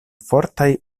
fortaj